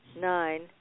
nine